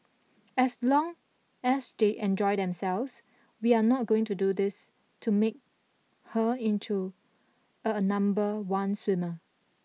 as long as they enjoy themselves we are not going to do this to make her into a number one swimmer